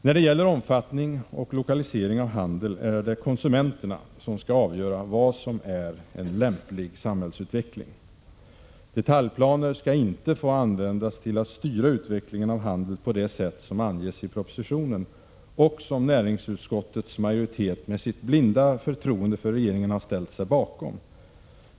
När det gäller omfattning och lokalisering av handel är det konsumenterna som skall avgöra vad som är en ”lämplig samhällsutveckling”. Detaljplaner skall inte få användas till att styra utvecklingen av handeln på det sätt som anges i propositionen och som näringsutskottets majoritet med sitt blinda förtroende för regeringen har ställt sig bakom.